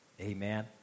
Amen